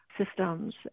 systems